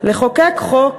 לחוקק חוק